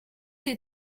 des